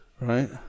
right